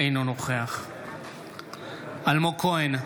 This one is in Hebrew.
אינו נוכח אלמוג כהן,